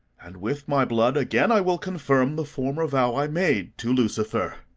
and with my blood again i will confirm the former vow i made to lucifer.